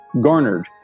garnered